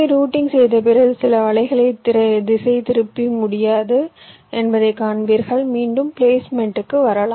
எனவே ரூட்டிங் செய்த பிறகு சில வலைகளை திசைதிருப்ப முடியாது என்பதைக் காண்பீர்கள் மீண்டும் பிளேஸ்மென்ட்க்கு வரலாம்